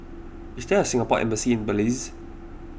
is there Singapore Embassy in Belize